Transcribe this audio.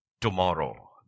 tomorrow